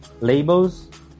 labels